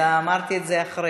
אלא אמרתי את זה אחרי.